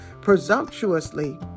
presumptuously